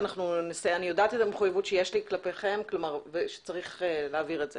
אני מודעת למחויבות שיש לי להעביר את זה,